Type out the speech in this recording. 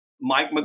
Mike